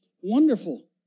wonderful